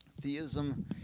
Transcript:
theism